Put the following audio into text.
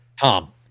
tom